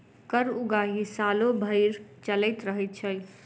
कर उगाही सालो भरि चलैत रहैत छै